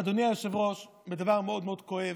אדוני היושב-ראש, בדבר מאוד מאוד כואב,